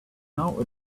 now